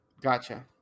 gotcha